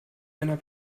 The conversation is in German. einer